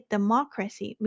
Democracy（